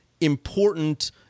important